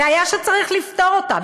בעיה שצריך לפתור אותה,